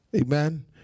Amen